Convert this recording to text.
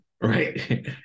right